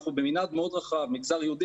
אנחנו במנעד מאוד רחב מגזר יהודי,